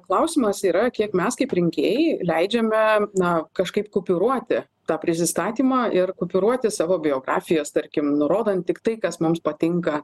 klausimas yra kiek mes kaip rinkėjai leidžiame na kažkaip kupiūruoti tą prisistatymą ir kupiūruoti savo biografijas tarkim nurodant tik tai kas mums patinka